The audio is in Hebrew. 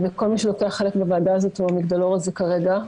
כל מי שלוקח חלק בוועדה הזאת הוא המגדלור הזה כרגע.